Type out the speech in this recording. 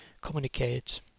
communicate